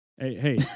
hey